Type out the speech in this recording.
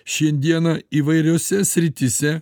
šiandieną įvairiose srityse